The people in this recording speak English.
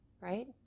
right